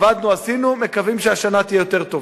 עבדנו, עשינו, מקווים שהשנה תהיה יותר טובה.